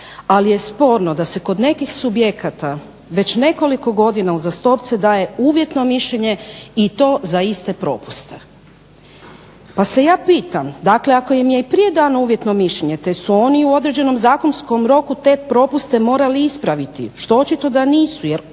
ali je sporno da se kod nekih subjekata već nekoliko godina uzastopce daje uvjetno mišljenje i to za iste propuste. Pa se ja pitam dakle ako im je i prije dano uvjetno mišljenje te su oni u određenom zakonskom roku te propuste morali ispraviti, što je očito da nisu jer opet su